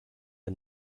der